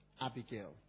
Abigail